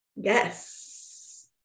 Yes